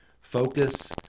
Focus